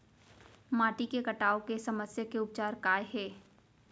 माटी के कटाव के समस्या के उपचार काय हे?